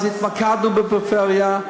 התמקדנו בפריפריה,